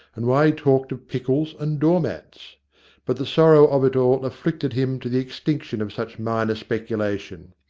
and why he talked of pickles and doormats but the sorrow of it all afflicted him to the ex tinction of such minor speculation.